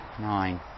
nine